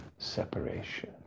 separation